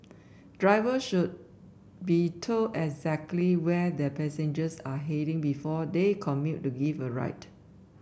drivers should be told exactly where their passengers are heading before they commit to giving a ride